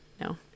No